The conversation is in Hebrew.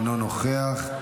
אינו נוכח,